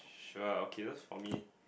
sure okay those for me